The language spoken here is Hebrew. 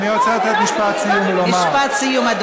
משפט סיום.